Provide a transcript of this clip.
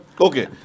Okay